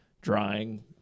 drying